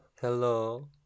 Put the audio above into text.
Hello